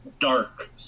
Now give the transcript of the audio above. dark